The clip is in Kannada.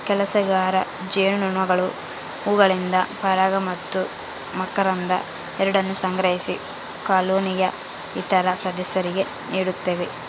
ಕೆಲಸಗಾರ ಜೇನುನೊಣಗಳು ಹೂವುಗಳಿಂದ ಪರಾಗ ಮತ್ತು ಮಕರಂದ ಎರಡನ್ನೂ ಸಂಗ್ರಹಿಸಿ ಕಾಲೋನಿಯ ಇತರ ಸದಸ್ಯರಿಗೆ ನೀಡುತ್ತವೆ